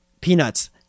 peanuts